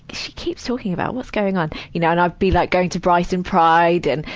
she keeps talking about what's going on? you know, and i'd be like going to brighton pride and,